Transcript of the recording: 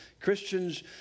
Christians